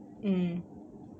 mm